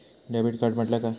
Debit card म्हटल्या काय?